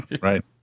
Right